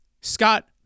Scott